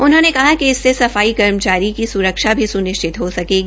उन्होंने कहा कि इससे सफाई कर्मचारी की सुरक्षा भी सुनिश्चित हो सकेगी